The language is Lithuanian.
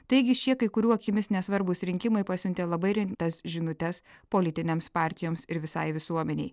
taigi šie kai kurių akimis nesvarbūs rinkimai pasiuntė labai rimtas žinutes politinėms partijoms ir visai visuomenei